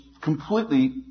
completely